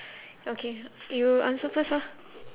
okay you answer first lah